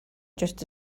just